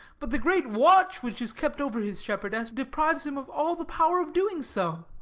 but the great watch which is kept over his shepherdess deprives him of all the power of doing so.